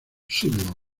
sullivan